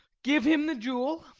give him the jewel